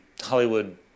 Hollywood